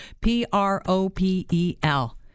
P-R-O-P-E-L